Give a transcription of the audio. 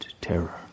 terror